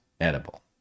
edible